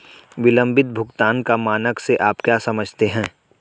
विलंबित भुगतान का मानक से आप क्या समझते हैं?